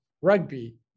rugby